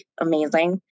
amazing